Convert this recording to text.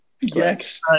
Yes